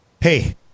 Hey